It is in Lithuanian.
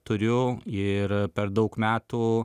turiu ir per daug metų